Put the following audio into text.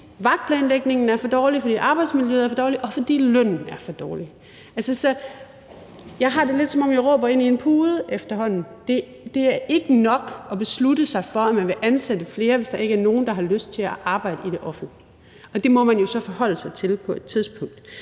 vagtplanlægningen er for dårlig, fordi arbejdsmiljøet er for dårligt, og fordi lønnen er for dårlig. Altså, jeg har det lidt, som om jeg råber ned i en pude efterhånden. Det er ikke nok at beslutte sig for, at man vil ansætte flere, hvis der ikke er nogen, der har lyst til at arbejde i det offentlige. Det må man jo så forholde sig til på et tidspunkt.